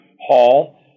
hall